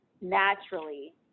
naturally